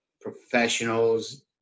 professionals